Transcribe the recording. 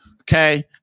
Okay